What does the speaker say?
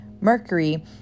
Mercury